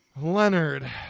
Leonard